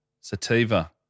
Sativa